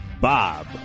Bob